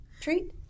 treat